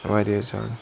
واریاہ زیادٕ